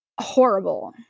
horrible